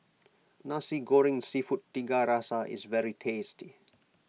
Nasi Goreng Seafood Tiga Rasa is very tasty